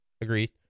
Agreed